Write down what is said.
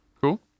Cool